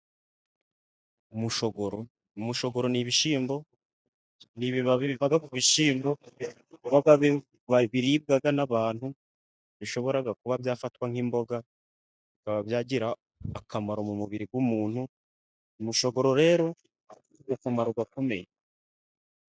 Umushogoro, umushogoro ni ibishyimbo ni ibibabi biva ku bishyimbo. Biribwa n'abantu, bishobora kuba byafatwa nk'imboga. Bikaba byagira akamaro mu mubiri w'umuntu. Umushogoro rero akamaro ufite akamaro gakomeye.